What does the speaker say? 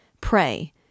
Pray